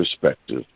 perspective